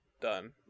done